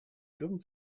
grimm